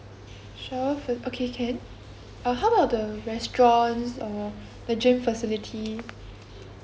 sure for okay can uh how about the restaurant uh the gym facility